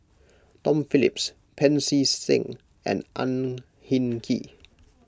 Tom Phillips Pancy Seng and Ang Hin Kee